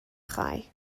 خوایی